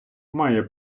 має